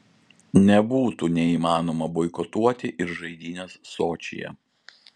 nebūtų neįmanoma boikotuoti ir žaidynes sočyje